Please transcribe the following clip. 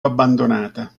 abbandonata